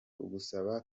ugusaba